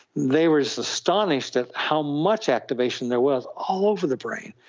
they were astonished at how much activation there was all over the brain.